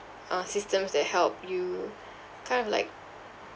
uh systems that help you kind of like